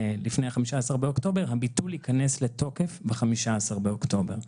היא שהביטול ייכנס לתוקף ב-15 באוקטובר.